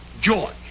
George